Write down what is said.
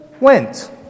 went